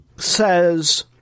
says